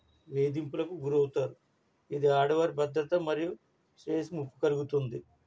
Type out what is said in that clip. వేధింపులకు గురి అవుతారు ఇది ఆడవారి భద్రత మరియు స్వేచ్చకు కలుగుతుంది